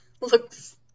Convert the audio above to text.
looks